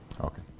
Okay